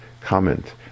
comment